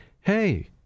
hey